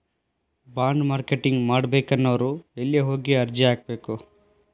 Bond marketing ಮಾಡ್ಬೇಕನ್ನೊವ್ರು ಯೆಲ್ಲೆ ಹೊಗಿ ಅರ್ಜಿ ಹಾಕ್ಬೆಕು?